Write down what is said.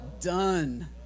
done